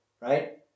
right